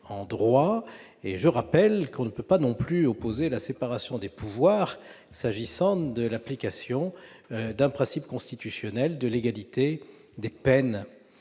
que l'on ne peut pas opposer la séparation des pouvoirs s'agissant de l'application d'un principe constitutionnel de légalité des délits